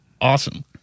awesome